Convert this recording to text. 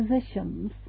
positions